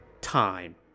time